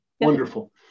Wonderful